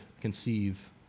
conceive